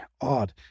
odd